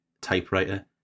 typewriter